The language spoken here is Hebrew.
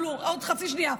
עוד חצי שנייה,